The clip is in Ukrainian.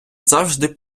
завжди